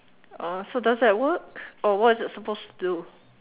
uh so does that work or what is that supposed to